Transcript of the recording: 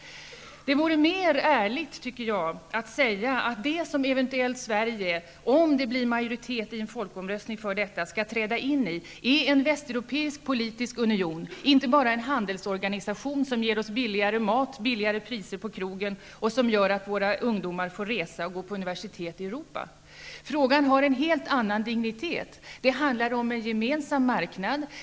Det vore mer ärligt, tycker jag, att säga att det som Sverige eventuellt, om det blir majoritet i en folkomröstning för detta, skall träda in i är en västeuropeisk politisk union, inte bara en handelsorganisation som ger oss billigare mat och lägre priser på krogen och som gör att våra ungdomar får resa och gå på universitet i Europa. Frågan har en helt annan dignitet. Det handlar om en gemensam marknad.